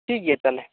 ᱴᱷᱤᱠ ᱜᱮᱭᱟ ᱛᱟᱦᱚᱞᱮ